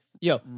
yo